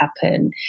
happen